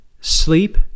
sleep